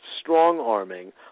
strong-arming